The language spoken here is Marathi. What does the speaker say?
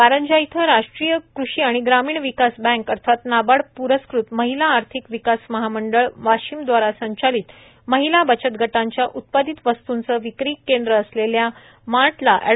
कारंजा इथं राष्ट्रीय कृषी आणि ग्रामीण विकास बँक अर्थात नाबार्ड प्रस्कृत महिला आर्थिक विकास महामंडळ वाशिम द्वारा संचालित महिला बचतगटांच्या उत्पादित वस्तूंचे विक्री केंद्र असलेल्या रुरल मार्टला एड